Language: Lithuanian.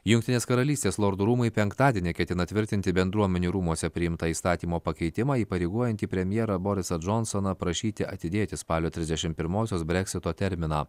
jungtinės karalystės lordų rūmai penktadienį ketina tvirtinti bendruomenių rūmuose priimtą įstatymo pakeitimą įpareigojantį premjerą borisą džonsoną prašyti atidėti spalio trisdešim pirmosios breksito terminą